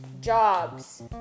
jobs